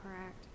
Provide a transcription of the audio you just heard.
correct